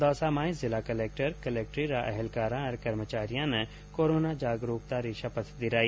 दौसा में जिला कलेक्टर ने कलेक्ट्री के अधिकारियों और कर्मचारियों को कोरोना जागरूकता की शपथ दिलाई